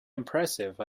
impressive